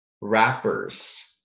rappers